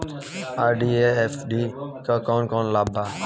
RD और FD क कौन कौन लाभ बा?